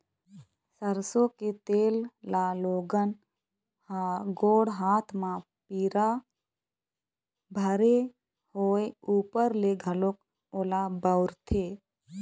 सरसो के तेल ल लोगन ह गोड़ हाथ म पीरा भरे होय ऊपर ले घलोक ओला बउरथे